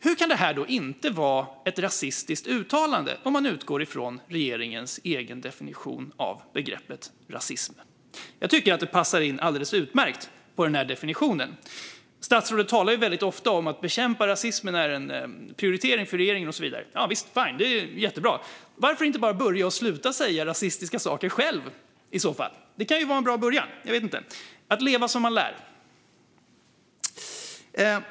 Hur kan det inte vara ett rasistiskt uttalande om man utgår från regeringens egen definition av begreppet rasism? Jag tycker att det passar in alldeles utmärkt på den här definitionen. Statsrådet talar ju väldigt ofta om att bekämpande av rasism är en prioritering för regeringen och så vidare. Fine, det är jättebra! Varför inte bara börja med att sluta säga rasistiska saker själv i så fall? Det kan vara en bra början att leva som man lär.